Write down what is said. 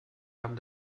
haben